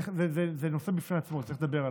זה נושא בפני עצמו, צריך לדבר עליו.